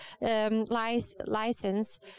license